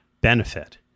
benefit